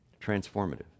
transformative